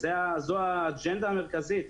זו האג'נדה המרכזית,